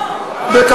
לימוד ערבית,